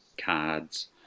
cards